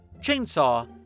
chainsaw